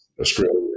australia